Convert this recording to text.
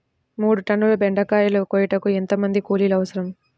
మూడు టన్నుల బెండకాయలు కోయుటకు ఎంత మంది కూలీలు అవసరం?